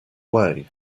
way